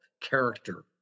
character